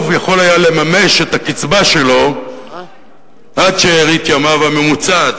יכול היה לממש את הקצבה שלו עד שארית ימיו הממוצעת,